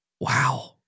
Wow